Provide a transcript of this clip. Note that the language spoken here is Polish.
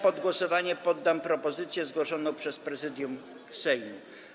Pod głosowanie poddam propozycję zgłoszoną przez Prezydium Sejmu.